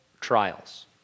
trials